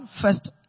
first